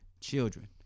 children